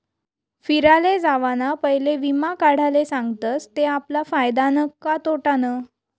फिराले जावाना पयले वीमा काढाले सांगतस ते आपला फायदानं का तोटानं